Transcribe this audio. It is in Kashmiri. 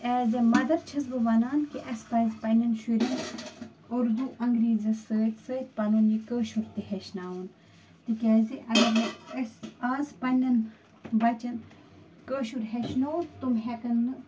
ایز اےٚ مدر چھَس بہٕ وَنان کہِ اَسہِ پزِ پنٛنٮ۪ن شُرٮ۪ن اُردو انٛگریٖزٮ۪س سۭتۍ سۭتۍ پنُن یہِ کٲشُر تہِ ہیٚچھناوُن تِکیٛازِ اگر نہٕ أسۍ آز پنٛنٮ۪ن بچن بچن کٲشُر ہٮ۪چھنوو تِم ہٮ۪کن نہٕ